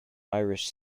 irish